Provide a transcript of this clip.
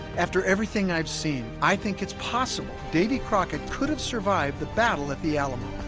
after everything i've seen i think it's possible davy crockett could have survived the battle at the alamo